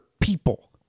people